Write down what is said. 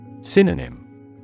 Synonym